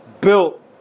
built